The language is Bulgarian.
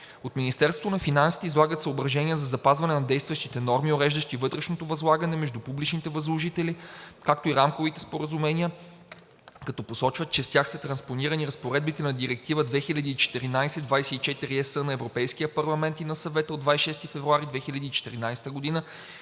От Министерството на финансите излагат съображения за запазване на действащите норми, уреждащи вътрешното възлагане между публични възложители, както и рамковите споразумения, като посочват, че с тях са транспонирани разпоредбите на Директива 2014/24/ЕС на Европейския парламент и на Съвета от 26 февруари 2014 г. за